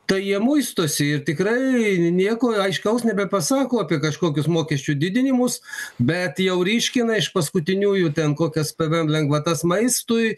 tai jie muistosi ir tikrai nieko aiškaus nebepasako apie kažkokius mokesčių didinimus bet jau ryškina iš paskutiniųjų ten kokias pvm lengvatas maistui